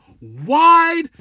wide